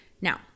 Now